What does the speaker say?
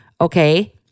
Okay